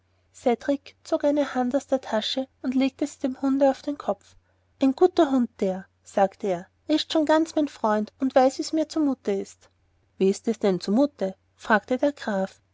zog eine hand aus der tasche und legte sie dem hunde auf den kopf ein guter hund der sagte er er ist schon ganz mein freund und weiß wie mir's zu mute ist wie ist dir's denn zu mute fragte der graf